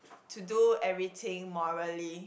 to do everything morally